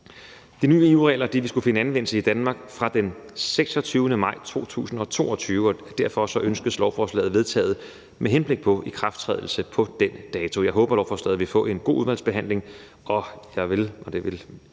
De nye EU-regler vil skulle finde anvendelse i Danmark fra den 26. maj 2022, og derfor ønskes lovforslaget vedtaget med henblik på ikrafttrædelse på den dato. Jeg håber, lovforslaget vil få en god udvalgsbehandling, og jeg og hele